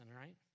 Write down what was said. right